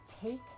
take